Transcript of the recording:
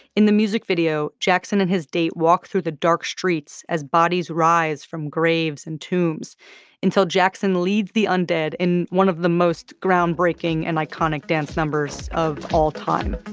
in the music video, jackson and his date walk through the dark streets as bodies rise from graves and tombs until jackson leads the undead in one of the most groundbreaking and iconic dance numbers of all time